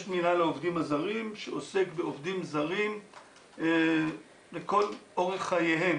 יש מינהל העובדים הזרים שעוסק בעובדים זרים לכל אורך חייהם,